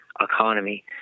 economy